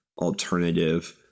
alternative